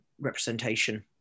representation